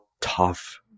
tough